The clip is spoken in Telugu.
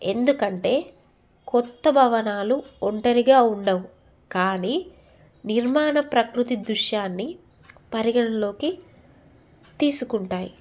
ఎందుకంటే కొత్త భవనాలు ఒంటరిగా ఉండవు కానీ నిర్మాణ ప్రకృతి దృశ్యాన్ని పరిగణలోకి తీసుకుంటాయి